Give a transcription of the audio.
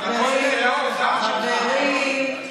חברים.